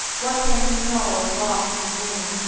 what can he know of loss and gain?